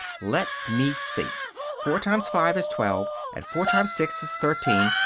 let me see four times five is twelve, and four times six is thirteen,